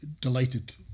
delighted